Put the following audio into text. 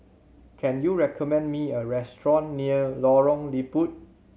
can you recommend me a restaurant near Lorong Liput